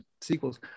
sequels